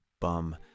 bum